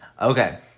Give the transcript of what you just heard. Okay